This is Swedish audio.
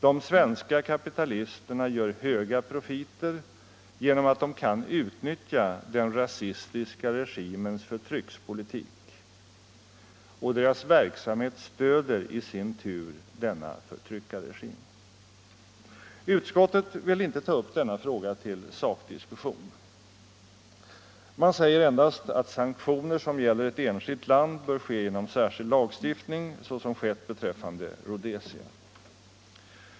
De svenska kapitalisterna gör höga profiter genom att de kan utnyttja den rasistiska regimens förtryckspolitik, och deras verksamhet stödjer i sin tur denna förtryckarregim. Utskottet vill inte ta upp denna fråga till sakdiskussion. Man säger endast att sanktioner som gäller enskilt land bör ske genom särskild lagstiftning, vilket skett beträffande Rhodesia.